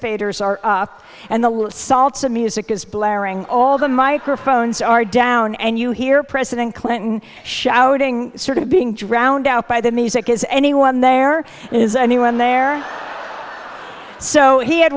faders are off and the little salsa music is blaring all the microphones are down and you hear president clinton shouting sort of being drowned out by the music is anyone there is anyone there so he had